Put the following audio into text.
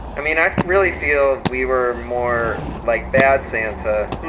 i mean, i really feel we were more like bad santa.